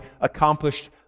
accomplished